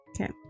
Okay